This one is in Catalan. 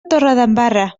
torredembarra